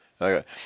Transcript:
okay